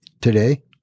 today